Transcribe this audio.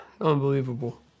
unbelievable